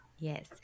Yes